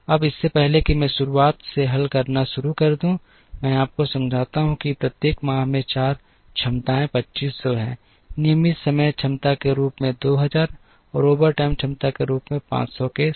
अब इससे पहले कि मैं शुरुआत से हल करना शुरू कर दूं मैं आपको समझाता हूं कि प्रत्येक माह में चार क्षमताएं 2500 हैं नियमित समय क्षमता के रूप में 2000 और ओवरटाइम क्षमता के रूप में 500 के साथ